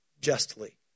justly